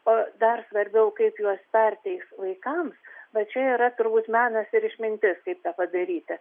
o dar svarbiau kaip juos perteiks vaikams va čia yra turbūt menas ir išmintis kaip tą padaryti